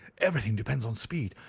everything depends on speed.